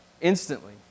Instantly